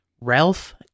Ralph